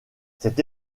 cette